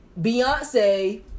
Beyonce